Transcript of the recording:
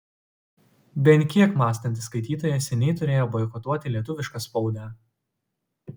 bent kiek mąstantis skaitytojas seniai turėjo boikotuoti lietuvišką spaudą